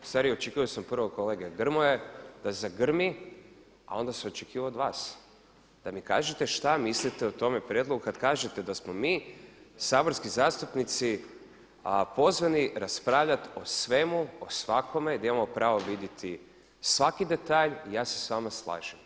Ustvari očekivao sam prvo od kolege Grmoje da zagrmi, a onda sam očekivao od vas da mi kažete šta mislite o tome prijedlogu, kada kažete da smo mi saborski zastupnici pozvani raspravljati o svemu, o svakome, da imamo pravo vidjeti svaki detalj i ja se s vama slažem.